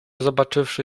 zobaczywszy